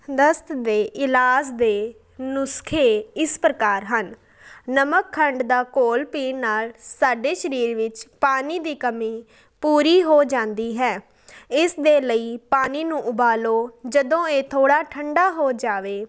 ਦਸਤ ਦੇ ਇਲਾਜ ਦੇ ਨੁਸਖ਼ੇ ਇਸ ਪ੍ਰਕਾਰ ਹਨ ਨਮਕ ਖੰਡ ਦਾ ਘੋਲ ਪੀਣ ਨਾਲ ਸਾਡੇ ਸਰੀਰ ਵਿੱਚ ਪਾਣੀ ਦੀ ਕਮੀ ਪੂਰੀ ਹੋ ਜਾਂਦੀ ਹੈ ਇਸ ਦੇ ਲਈ ਪਾਣੀ ਨੂੰ ਉਬਾਲੋ ਜਦੋਂ ਇਹ ਥੋੜ੍ਹਾ ਠੰਡਾ ਹੋ ਜਾਵੇ